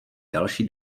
další